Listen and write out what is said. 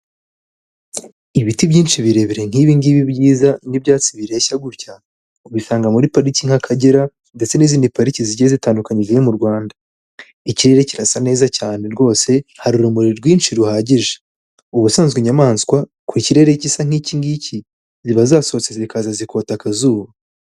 Ibiti byinshi birebire nk'ibi ngibi byiza n'ibyatsi bireshya gutya ubisanga muri pariki nk'akagera ndetse n'izindi pariki zigiye zitandukanye ziri mu Rwanda. Ikirere kirasa neza cyane rwose, hari urumuri rwinshi ruhagije. Ubusanzwe inyamaswa ku kirere gisa n'iki ngiki ziba zasohotse zikaza zikota akazuba.